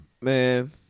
Man